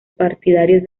partidarios